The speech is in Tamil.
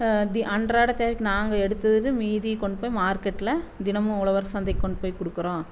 அன்றாட தேவைக்கு நாங்கள் எடுத்தது மீதி கொண்டு போய் மார்கெட்டில் தினமும் உழவர் சந்தைக்கு கொண்டு போய் கொடுக்குறோம்